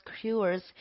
cures